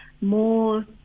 more